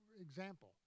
example